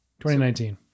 2019